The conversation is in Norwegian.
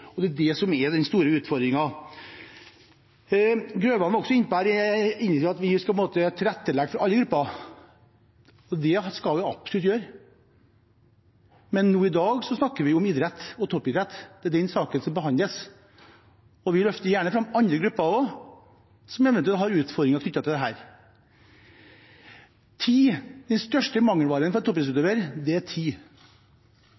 ferdig. Det er det som er den store utfordringen. Representanten Grøvan var også inne på i innlegget sitt at vi skal legge til rette for alle grupper. Det skal vi absolutt gjøre, men i dag snakker vi om toppidrett. Det er den saken som behandles. Vi løfter gjerne fram også andre grupper som eventuelt har utfordringer knyttet til dette. Tid – den største mangelvaren for